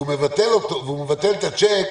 והוא מבטל את הצ'ק,